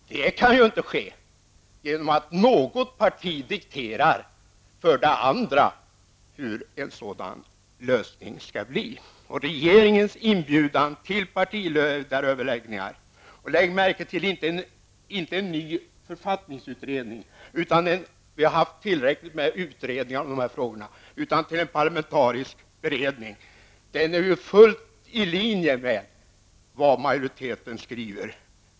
Men det kan ju inte ske genom att ett parti dikterar för ett annat hur en sådan lösning skall se ut. Regeringens inbjudan till partiledaröverläggningar -- lägg märke till att jag säger partiledaröverläggningar och inte en ny författningsutredning, för vi har haft tillräckligt med utredningar -- ligger helt i linje med vad majoriteten skriver.